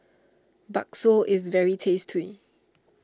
Bakso is very tasty